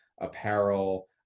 apparel